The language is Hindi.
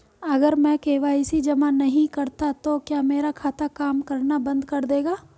अगर मैं के.वाई.सी जमा नहीं करता तो क्या मेरा खाता काम करना बंद कर देगा?